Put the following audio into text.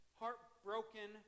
heartbroken